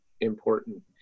important